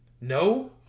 No